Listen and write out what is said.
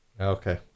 okay